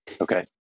Okay